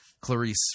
Clarice